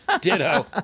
Ditto